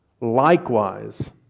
Likewise